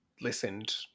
Listened